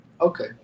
Okay